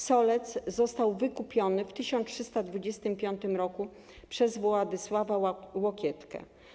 Solec został wykupiony w 1325 r. przez Władysława Łokietka.